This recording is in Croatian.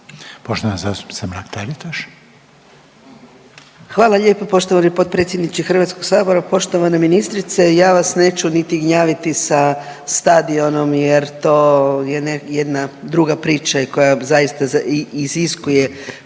**Mrak-Taritaš, Anka (GLAS)** Hvala lijepo. Poštovani potpredsjedniče HS-a, poštovana ministrice. Ja vas neću niti gnjaviti sa stadionom jer to je jedna druga priča koja zaista iziskuje